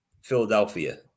Philadelphia